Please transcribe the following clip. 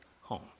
home